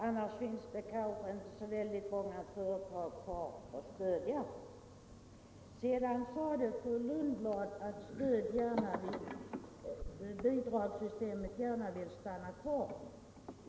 Annars finns det kanske inte så många företag kvar att stödja. Sedan sade fru Lundblad att tillfälliga bidragssystem gärna vill stanna kvar.